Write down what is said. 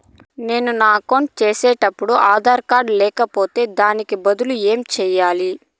నేను నా అకౌంట్ సేసేటప్పుడు ఆధార్ కార్డు లేకపోతే దానికి బదులు ఏమి సెయ్యాలి?